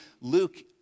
Luke